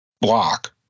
block